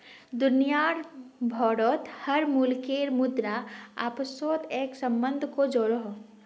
दुनिया भारोत हर मुल्केर मुद्रा अपासोत एक सम्बन्ध को जोड़ोह